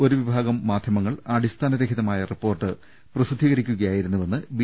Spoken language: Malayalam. ഒരു വിഭാഗം മാധ്യ മങ്ങൾ അടിസ്ഥാനരഹിതമായ റിപ്പോർട്ട് പ്രസിദ്ധീകരി ക്കുകയായിരുന്നുവെന്ന് ബി